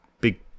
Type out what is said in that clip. big